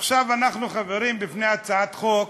עכשיו אנחנו, חברים, בפני הצעת חוק